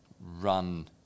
run